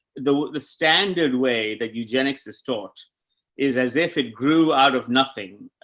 the, the standard way that eugenics is taught is as if it grew out of nothing.